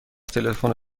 تلفن